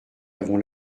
avons